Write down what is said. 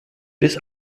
this